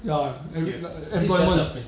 ya eh abundant